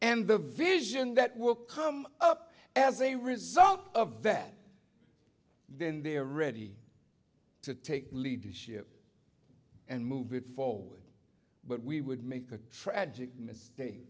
and the vision that will come up as a result of that then they are ready to take leadership and move it forward but we would make a tragic mistake